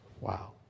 Wow